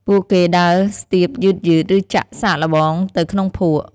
ពួកគេដើរស្ទាបយឺតៗ ឬចាក់សាកល្បងទៅក្នុងភក់។